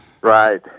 Right